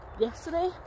Yesterday